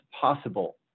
possible